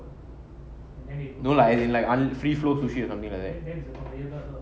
no lah as in like free flow sushi or something like that